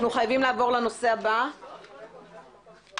אנחנו חייבים לעבור לנושא הבא שעל סדר היום.